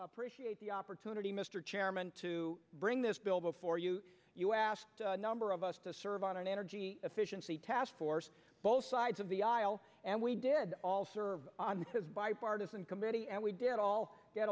appreciate the opportunity mr chairman to bring this bill before you you asked a number of us to serve on an energy efficiency task force both sides of the aisle and we did all serve on his bipartisan committee and we did all get